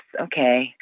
okay